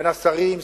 בין השרים,